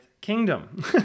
kingdom